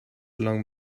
along